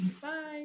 Bye